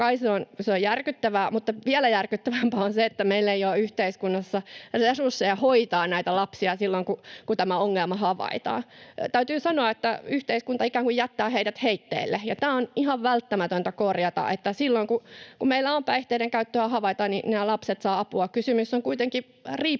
kai se on järkyttävää, mutta vielä järkyttävämpää on se, että meillä ei ole yhteiskunnassa resursseja hoitaa näitä lapsia silloin kun tämä ongelma havaitaan. Täytyy sanoa, että yhteiskunta ikään kuin jättää heidät heitteille. Tämä on ihan välttämätöntä korjata, niin että silloin kun meillä päihteiden käyttöä havaitaan, nämä lapset saavat apua. Kysymys on kuitenkin